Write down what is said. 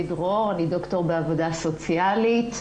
אני ד"ר בעבודה סוציאלית,